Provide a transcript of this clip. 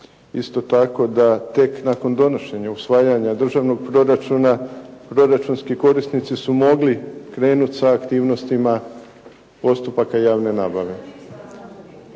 Isto tako da tek nakon donošenja usvajanja državnog proračuna proračunski korisnici su mogli krenuti sa aktivnostima postupaka javne nabave.